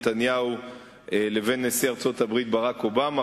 נתניהו לבין נשיא ארצות-הברית ברק אובמה.